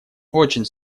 очень